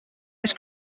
this